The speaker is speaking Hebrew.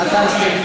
אתה מסכים.